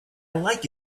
like